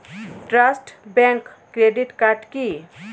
Trust bank credit card কি?